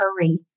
hurry